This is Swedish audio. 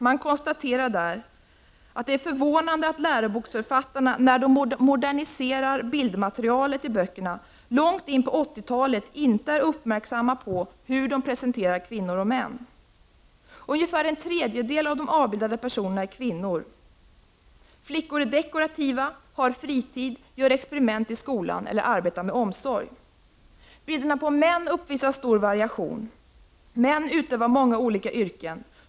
Man konstaterar där att det är förvånande att läro boksförfattarna när de moderniserar bildmaterialet i böckerna långt in på 80-talet inte är uppmärksamma på hur de presenterar kvinnor och män. Ungefär en tredjedel av de avbildade personerna är kvinnor. Flickor är dekorativa, har fritid, gör experiment i skolan eller arbetar med omsorg. Bilderna på män uppvisar stor variation. Män utövar många olika yrken.